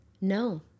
No